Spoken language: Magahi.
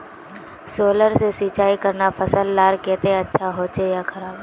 सोलर से सिंचाई करना फसल लार केते अच्छा होचे या खराब?